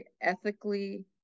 ethically